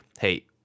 hey